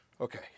Okay